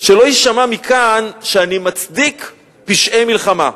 שלא יישמע מכאן שאני מצדיק פשעי מלחמה,